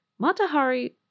Matahari